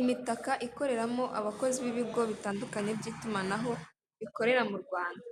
imitaka ikoreramo abakazi b'ibigo bitandukanye by'itumanaho bikorera mu Rwanda.